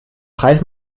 preis